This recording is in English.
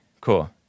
Cool